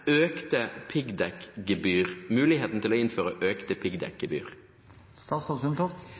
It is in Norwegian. muligheten til å innføre økte